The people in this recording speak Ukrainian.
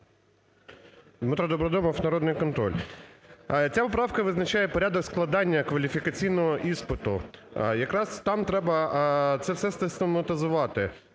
Дмитро Добродомов, "Народний контроль". Ця поправка визначає порядок складання кваліфікаційного іспиту, якраз там треба це все систематизувати.